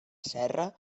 serra